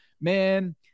man